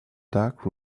dark